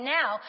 now